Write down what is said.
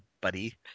buddy